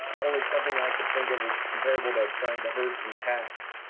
only something i could think of is comparable to trying to herd some cats.